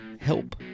help